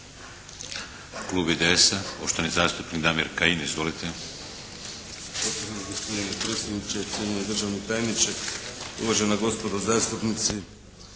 Klub IDS-a, poštovani zastupnik Damir Kajin. Izvolite.